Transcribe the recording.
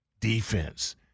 defense